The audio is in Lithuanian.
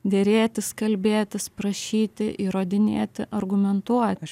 derėtis kalbėtis prašyti įrodinėti argumentuoti